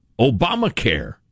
Obamacare